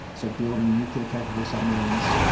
so building nuclear capable submarines,